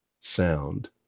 sound